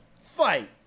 fight